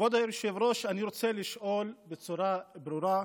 כבוד היושב-ראש, אני רוצה לשאול בצורה ברורה: